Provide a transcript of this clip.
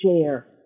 share